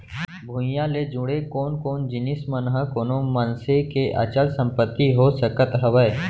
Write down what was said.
भूइयां ले जुड़े कोन कोन जिनिस मन ह कोनो मनसे के अचल संपत्ति हो सकत हवय?